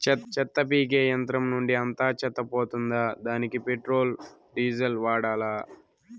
చెత్త పీకే యంత్రం నుండి అంతా చెత్త పోతుందా? దానికీ పెట్రోల్, డీజిల్ వాడాలా?